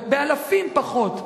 באלפים פחות.